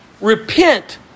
Repent